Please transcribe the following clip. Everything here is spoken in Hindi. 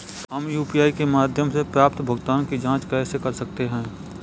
हम यू.पी.आई के माध्यम से प्राप्त भुगतान की जॉंच कैसे कर सकते हैं?